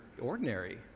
ordinary